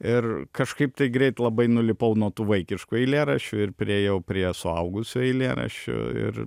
ir kažkaip tai greit labai nulipau nuo tų vaikiškų eilėraščių ir priėjau prie suaugusių eilėraščių ir